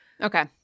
Okay